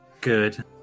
good